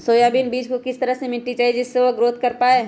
Soybean बीज को किस तरह का मिट्टी चाहिए जिससे वह ग्रोथ कर पाए?